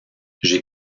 j’ai